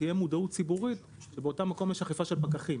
תהיה מודעות ציבורית שבאותו מקום יש אכיפה של פקחים.